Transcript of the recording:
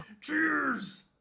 Cheers